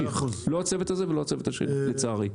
לא הצוות הזה ולא הצוות השני, לצערי.